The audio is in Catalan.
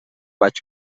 vaig